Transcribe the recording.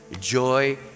joy